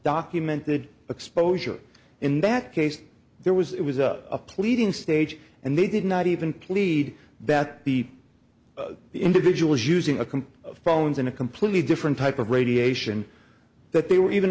documented exposure in that case there was it was a pleading stage and they did not even plead that the individual is using a complete phones in a completely different type of radiation that they were even